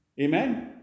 Amen